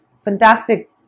fantastic